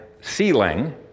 ceiling